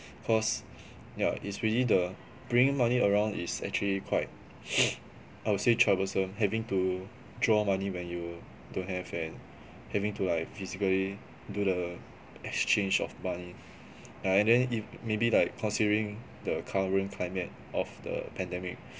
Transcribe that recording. because yeah it's really the bringing money around is actually quite I'd say troublesome having to draw money when you don't have and having to like physically do the exchange of money yeah and then if maybe like considering the climate of the pandemic